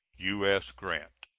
u s. grant.